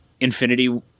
infinity